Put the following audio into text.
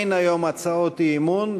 אין היום הצעות אי-אמון,